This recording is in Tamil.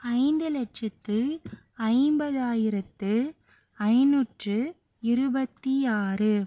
ஐந்து லட்சத்து ஐம்பதாயிரத்து ஐந்நூற்றி இருபத்தி ஆறு